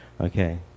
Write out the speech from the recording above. Okay